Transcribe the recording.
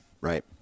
Right